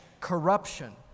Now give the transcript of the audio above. corruption